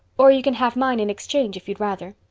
or you can have mine in exchange if you'd rather.